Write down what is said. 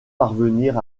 parvenir